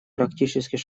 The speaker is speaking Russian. практических